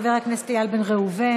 חבר הכנסת איל בן ראובן,